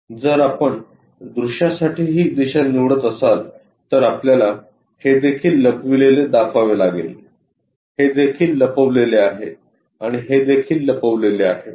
जर आपण दृश्यासाठी ही दिशा निवडत असाल तर आपल्याला हे देखील लपविलेले दाखवावे लागेल हे देखील लपविलेले आहे आणि हे देखील लपविलेले आहे